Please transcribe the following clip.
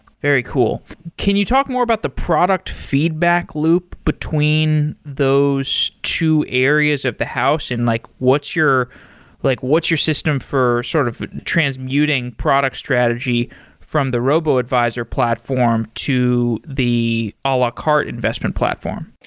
very cool. can you talk more about the product feedback loop between those two areas of the house and like what's your like what's your system for sort of transmuting product strategy from the robo-advisor platform to the a ah la carte investment platform?